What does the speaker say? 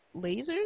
lasers